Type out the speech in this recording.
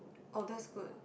oh that's good